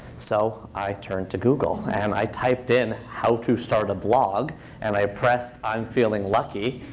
so i turned to google, and i typed in how to start a blog and i pressed i'm feeling lucky.